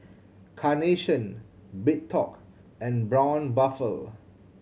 Carnation BreadTalk and Braun Buffel